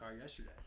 yesterday